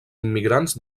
immigrants